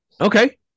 Okay